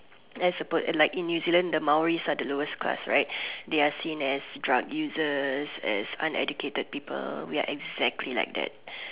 as a per like in new Zealand the Maoris are the lowest class right they are seen as drug users as uneducated people we are exactly like that